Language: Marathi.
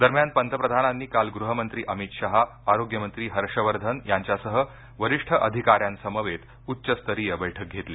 दरम्यान पंतप्रधानांनी काल गृहमंत्री अमित शहा आरोग्य मंत्री हर्षवर्धन यांच्यासह वरिष्ठ अधिकाऱ्यांसमवेत उच्चस्तरीय बैठक घेतली